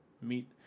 meet